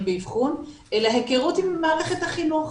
באבחון אלא היכרות עם מערכת החינוך,